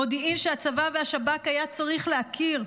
מודיעין שהצבא והשב"כ היה צריך להכיר.